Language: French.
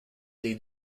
des